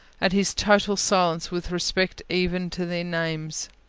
at his total silence with respect even to their names.